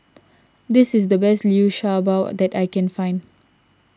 this is the best Liu Sha Bao that I can find